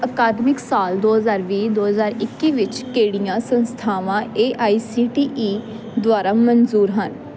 ਅਕਾਦਮਿਕ ਸਾਲ ਦੋ ਹਜ਼ਾਰ ਵੀਹ ਦੋ ਹਜ਼ਾਰ ਇੱਕੀ ਵਿੱਚ ਕਿਹੜੀਆਂ ਸੰਸਥਾਵਾਂ A I C T E ਦੁਆਰਾ ਮਨਜ਼ੂਰ ਹਨ